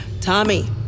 Tommy